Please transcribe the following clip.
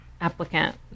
Applicant